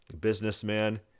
businessman